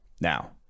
Now